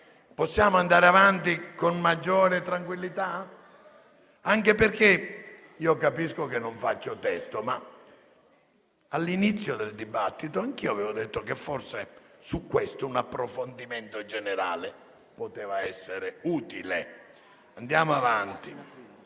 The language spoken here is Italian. Possiamo andare avanti con maggiore tranquillità? Io capisco che non faccio testo, ma all'inizio del dibattito anch'io avevo detto che forse su questo tema un approfondimento generale poteva essere utile. Andiamo avanti.